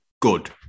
good